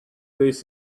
days